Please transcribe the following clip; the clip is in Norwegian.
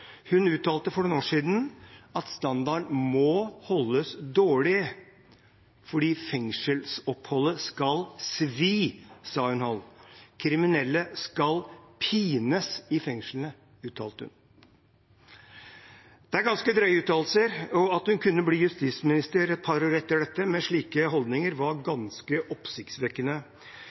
Hun uttalte for noen år siden at standarden må holdes dårlig fordi fengselsoppholdet skal svi. «Kriminelle bør pines i fengsel», uttalte hun. Det er ganske drøye uttalelser, og at hun med slike holdninger et par år etter dette kunne bli justisminister, var ganske oppsiktsvekkende.